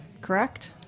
correct